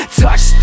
touch